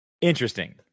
Interesting